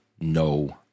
no